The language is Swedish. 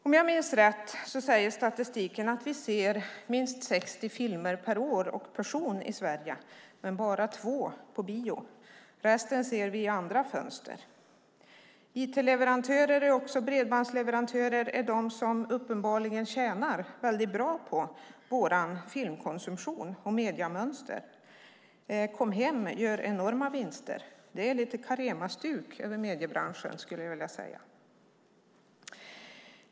Om jag minns rätt säger statistiken att vi ser minst 60 filmer per år och person i Sverige, men bara två på bio. Resten ser vi i andra fönster. It-leverantörer och bredbandsleverantörer är de som uppenbarligen tjänar bra på vår filmkonsumtion och vårt mediemönster. Comhem gör enorma vinster. Det är lite Caremastuk över mediebranschen, skulle jag vilja säga.